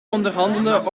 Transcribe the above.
onderhandelen